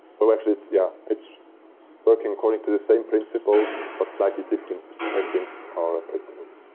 so actually, it's yeah it's working according to the same principle, but slightly different settings are applicable.